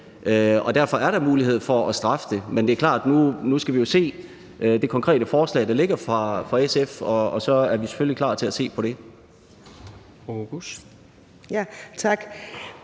og derfor er der mulighed for at straffe for det, men det er klart, at nu skal vi jo læse det konkrete forslag, der ligger fra SF, og så er vi selvfølgelig klar til at se på det.